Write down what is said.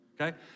okay